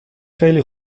خیلی